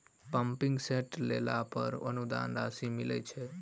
Pumping set लेला पर अनुदान राशि मिलय छैय?